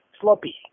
sloppy